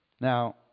Now